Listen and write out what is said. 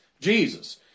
Jesus